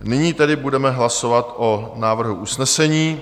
Nyní tedy budeme hlasovat o návrhu usnesení.